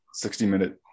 60-minute